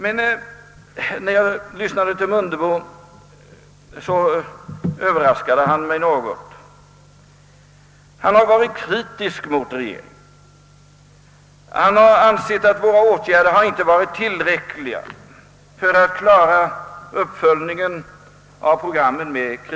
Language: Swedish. Herr Mundebo överraskade mig något. Han var kritisk mot regeringen och ansåg att våra åtgärder inte varit tillräckliga för att med krediter klara uppföljningen av programmet.